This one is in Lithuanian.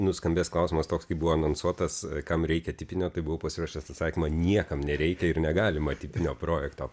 nuskambės klausimas toks kaip buvo anonsuotas kam reikia tipinio tai buvau pasiruošęs atsakymą niekam nereikia ir negalima tipinio projekto